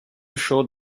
showed